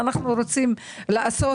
רוצים לעשות